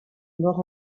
mort